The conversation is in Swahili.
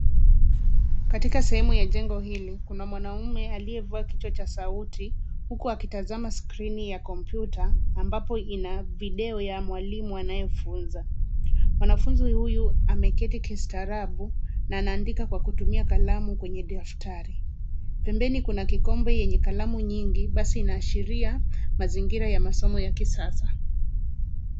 Katika sehemu ya jengo hili kuna mwanamume aliyevua kichwa cha sauti, huku akitazama skrini ya kompyuta ambapo ina video ya mwalimu anayefunza. Mwanafunzi uyu ameketi kistaarabu na ana andika kwa kutumia kalamu kwenye daftari. Pembeni kuna kikombe yenye kalamu nyingi, basi ina ashiria mazingira ya masomo ya kisasa.